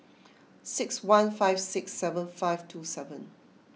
six one five six seven five two seven